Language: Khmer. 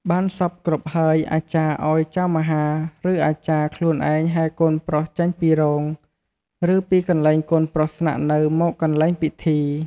បានសព្វគ្រប់ហើយ អាចារ្យឲ្យចៅមហា ឬអាចារ្យ ខ្លួនឯងហែរកូនប្រុសចេញពីរោង ឬពីកន្លែងកូនប្រុសស្នាក់នៅមកកន្លែងពិធី។